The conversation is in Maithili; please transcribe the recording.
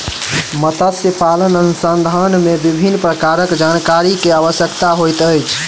मत्स्य पालन अनुसंधान मे विभिन्न प्रकारक जानकारी के आवश्यकता होइत अछि